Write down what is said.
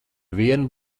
vienu